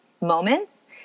Moments